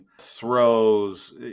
throws